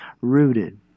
rooted